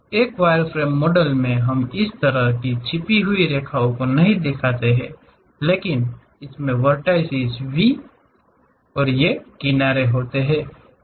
तो wireframe model में हम इस तरह की छिपी हुई रेखाओं को नहीं दिखाते हैं लेकिन इसमें वर्टिस V और ये किनारे होते हैं